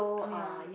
oh ya